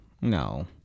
No